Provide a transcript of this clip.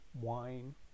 wine